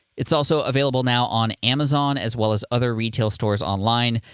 it's also available now on amazon as well as other retail stores online.